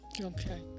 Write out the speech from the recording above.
okay